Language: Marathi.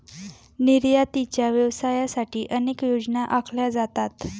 निर्यातीच्या व्यवसायासाठी अनेक योजना आखल्या जातात